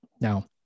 Now